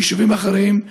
מיישובים אחרים,